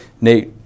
Nate